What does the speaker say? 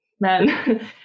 men